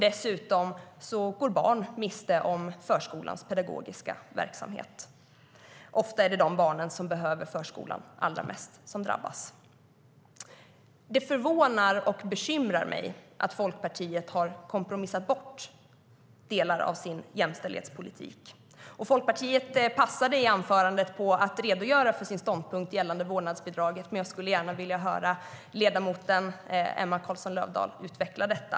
Dessutom går barn miste om förskolans pedagogiska verksamhet, och ofta är det de barn som behöver förskolan allra mest som drabbas. Det förvånar och bekymrar mig att Folkpartiet har kompromissat bort delar av sin jämställdhetspolitik. I anförandet undvek Folkpartiet att redogöra för sin ståndpunkt gällande vårdnadsbidraget, man jag skulle gärna vilja höra ledamoten Emma Carlsson Löfdahl utveckla detta.